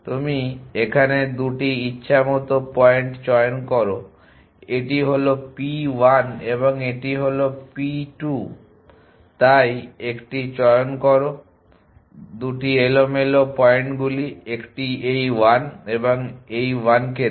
তুমি এখানে দুটি ইচ্ছেমতো পয়েন্ট চয়ন করো এটি হল p1 এবং এটি হল p2 তাই একটি চয়ন করো 2 এলোমেলো পয়েন্টগুলি একটি এই 1 এবং এই 1কে দেয়